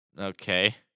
Okay